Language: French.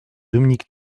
dominique